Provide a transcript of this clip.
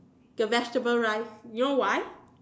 the vegetable rice you know why